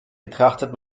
betrachtet